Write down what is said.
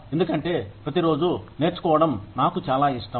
ఎందుకంటే ప్రతిరోజు నేర్చుకోవడం నాకు చాలా ఇష్టం